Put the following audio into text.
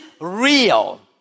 real